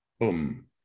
boom